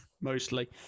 Mostly